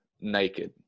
naked